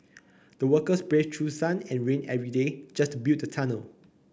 the workers braved through sun and rain every day just to build the tunnel